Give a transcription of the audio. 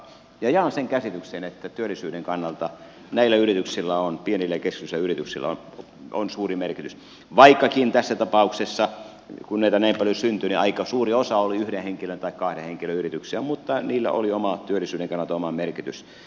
ja jaan sen käsityksen että työllisyyden kannalta näillä yrityksillä pienillä ja keskisuurilla yrityksillä on suuri merkitys vaikkakin tässä tapauksessa kun näitä näin paljon syntyi aika suuri osa oli yhden henkilön tai kahden henkilön yrityksiä mutta niillä oli työllisyyden kannalta oma merkityksensä